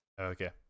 Okay